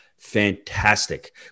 fantastic